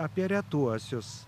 apie retuosius